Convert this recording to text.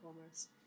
commerce